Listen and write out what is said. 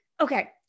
okay